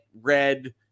red